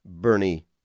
Bernie